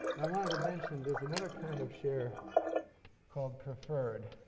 i wanted to mention, there's another kind of share called preferred.